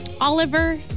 Oliver